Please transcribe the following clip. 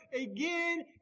again